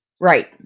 Right